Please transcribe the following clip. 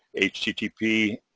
http